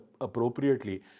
appropriately